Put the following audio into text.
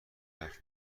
حرف